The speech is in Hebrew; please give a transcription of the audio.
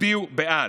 תצביעו בעד.